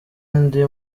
ndi